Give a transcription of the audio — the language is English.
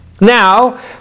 Now